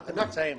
מה אתם מציעים?